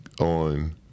on